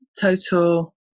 total